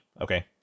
Okay